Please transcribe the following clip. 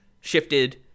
shifted